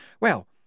Well